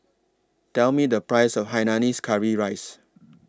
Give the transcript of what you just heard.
Tell Me The Price of Hainanese Curry Rice